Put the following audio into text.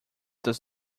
does